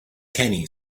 kenny